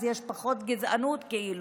אז יש פחות גזענות, כאילו.